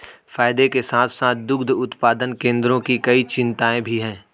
फायदे के साथ साथ दुग्ध उत्पादन केंद्रों की कई चिंताएं भी हैं